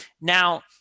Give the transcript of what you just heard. Now